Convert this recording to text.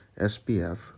SPF